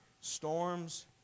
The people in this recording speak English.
storms